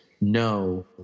no